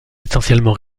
essentiellement